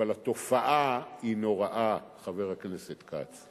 אבל התופעה היא נוראה, חבר הכנסת כץ.